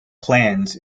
plans